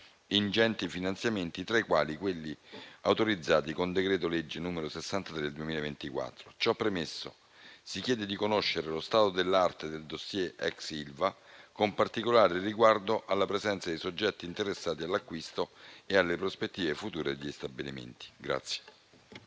ingenti finanziamenti, tra i quali quelli autorizzati con decreto-legge n. 63 del 2024. Ciò premesso, si chiede di conoscere lo stato dell'arte del dossier *ex* Ilva, con particolare riguardo alla presenza dei soggetti interessati all'acquisto e alle prospettive future degli stabilimenti.